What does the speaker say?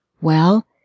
Well